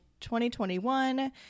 2021